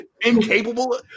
Incapable